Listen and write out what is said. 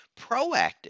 proactive